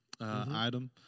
item